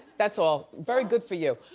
that's all very good for you.